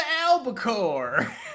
albacore